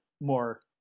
more